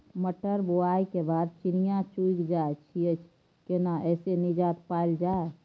मटर बुआई के बाद चिड़िया चुइग जाय छियै केना ऐसे निजात पायल जाय?